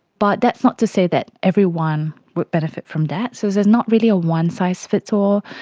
but that's not to say that everyone will benefit from that, so there's not really a one-size-fits-all.